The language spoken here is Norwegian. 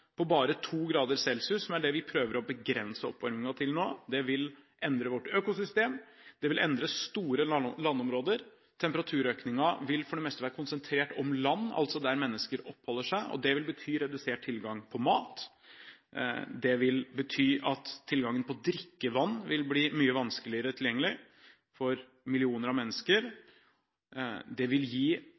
bare 2 °C, som er det vi prøver å begrense oppvarmingen til nå, vil endre vårt økosystem, og det vil endre store landområder. Temperaturøkningen vil for det meste være konsentrert om land, altså der mennesker oppholder seg, og det vil bety redusert tilgang på mat. Det vil bety at tilgangen på drikkevann vil bli mye vanskeligere tilgjengelig for millioner av mennesker. Det vil sannsynligvis gi